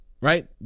right